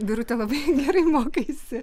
birutė labai gerai mokaisi